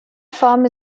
farm